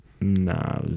Nah